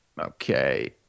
Okay